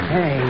Hey